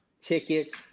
tickets